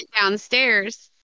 downstairs